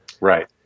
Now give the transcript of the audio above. Right